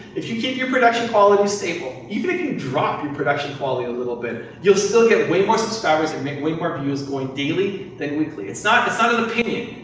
if you keep your production quality stable, even if you drop your production quality a little bit, you'll still get way more subscribers and make way more views going daily than weekly. it's not an but sort of opinion.